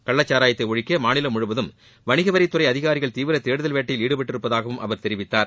கள்ள சாராயத்தை ஒழிக்க மாநிலம் முழுவதும் வணிக வரித்துறை அதிகாரிகள் தீவிர தேடுதல் வேட்டையில் ஈடுபட்டிருப்பதாகவும் அவர் தெரிவித்தார்